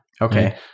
Okay